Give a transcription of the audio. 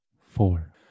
Four